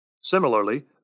Similarly